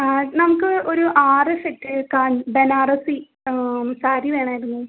ആ നമുക്ക് ഒരാറ് സെറ്റ് കാൻ ബെനാറസി സാരി വേണമായിരുന്നു